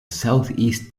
southeast